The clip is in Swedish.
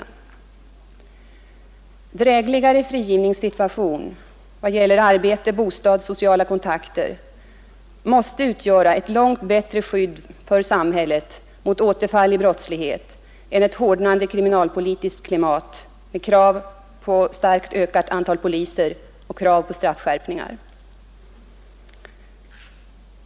En drägligare frigivningssituation — i vad gäller arbete, bostad och sociala kontakter — måste utgöra ett långt bättre skydd för samhället mot återfall i brottslighet än ett hårdnande kriminalpolitiskt klimat med krav på starkt ökat antal poliser och på straffskärpningar.